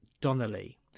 Donnelly